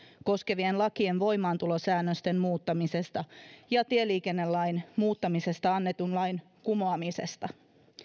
koskevien lakien voimaantulosäännösten muuttamisesta ja tieliikennelain muuttamisesta annetun lain kumoamisesta